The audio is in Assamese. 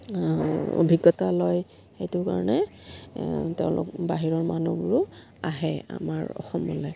অভিজ্ঞতা লয় সেইটো কাৰণে তেওঁলোক বাহিৰৰ মানুহবোৰো আহে আমাৰ অসমলৈ